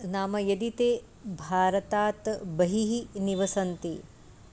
नाम यदि ते भारतात् बहिः निवसन्ति